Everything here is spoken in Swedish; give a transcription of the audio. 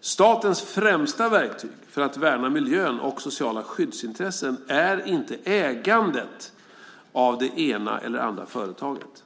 Statens främsta verktyg för att värna miljön och sociala skyddsintressen är inte ägandet av det ena eller andra företaget.